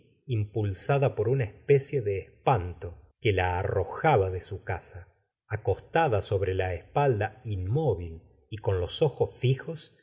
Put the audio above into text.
impulsada por una especie de espanto que la arrojaba de su casa acostada sobre la espalda inmóvil y con los ojos fljos